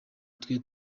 twe